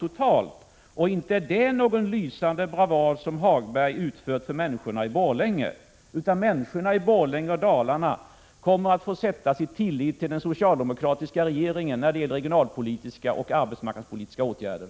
Och inte är det någon lysande bravad som Lars-Ove Hagberg utfört för människorna i Borlänge, utan människorna i Borlänge och Dalarna kommer att få sätta sin tillit till den socialdemokratiska regeringen när det gäller regionalpolitiska och arbetsmarknadspolitiska åtgärder.